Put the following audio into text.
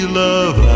love